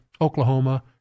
Oklahoma